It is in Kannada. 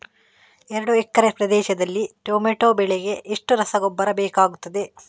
ಎರಡು ಎಕರೆ ಪ್ರದೇಶದಲ್ಲಿ ಟೊಮ್ಯಾಟೊ ಬೆಳೆಗೆ ಎಷ್ಟು ರಸಗೊಬ್ಬರ ಬೇಕಾಗುತ್ತದೆ?